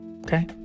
okay